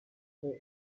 were